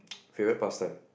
favourite pastime